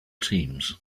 teams